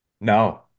No